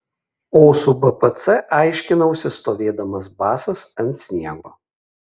o su bpc aiškinausi stovėdamas basas ant sniego